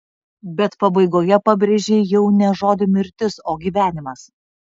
bet pabaigoje pabrėžei jau ne žodį mirtis o gyvenimas